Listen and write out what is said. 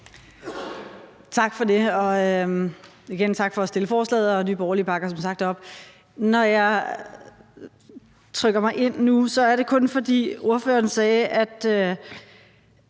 Tak for det, og igen tak for at fremsætte forslaget; Nye Borgerlige bakker som sagt op om det. Når jeg trykker mig ind nu, er det kun, fordi ordføreren sagde, at